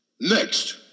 Next